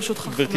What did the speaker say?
לרשותך חמש דקות.